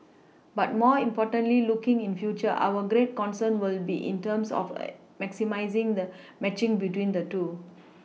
but more importantly looking in future our greater concern will be in terms of maximising the matching between the two